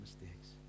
mistakes